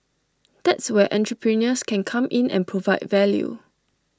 that's where entrepreneurs can come in and provide value